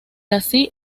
así